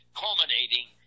culminating